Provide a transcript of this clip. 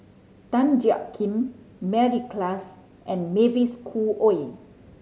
Tan Jiak Kim Mary Klass and Mavis Khoo Oei